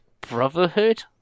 Brotherhood